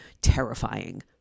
terrifying